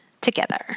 together